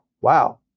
Wow